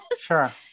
Sure